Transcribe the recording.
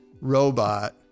robot